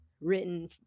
written